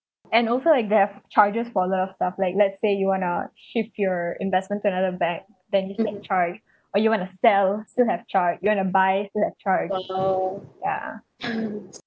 and also like they have charges for the stuff like let's say you wanna shift your investment to another bank then you get charged or you want to sell still have charge you wanna buy still have charge ya